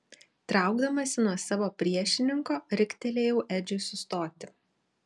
traukdamasi nuo savo priešininko riktelėjau edžiui sustoti